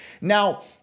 Now